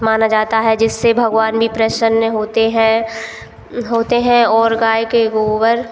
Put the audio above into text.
माना जाता है जिससे भगवान भी प्रसन्न होते हैं होते हैं और गाय के गोबर